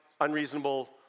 unreasonable